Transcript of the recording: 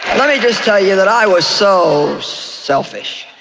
let me just tell you that i was so selfish,